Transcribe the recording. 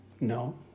No